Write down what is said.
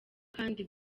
kandi